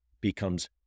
becomes